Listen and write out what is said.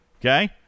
Okay